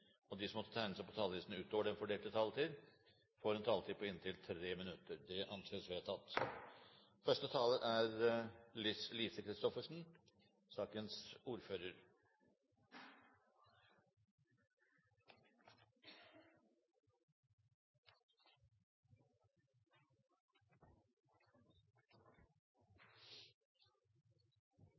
at de som måtte tegne seg på talerlisten utover den fordelte taletid, får en taletid på inntil 3 minutter. – Det anses vedtatt. Selv om den registrerte arbeidsledigheten i Norge er